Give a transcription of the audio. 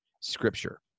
Scripture